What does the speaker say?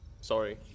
Sorry